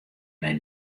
nei